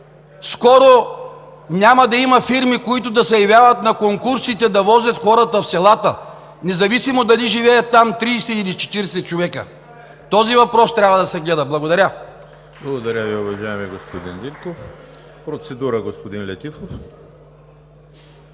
скоро няма да има фирми, които да се явяват на конкурсите, за да возят хората в селата, независимо дали живеят там 30 или 40 човека. Този въпрос трябва да се гледа. Благодаря.